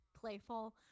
playful